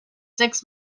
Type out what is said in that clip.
six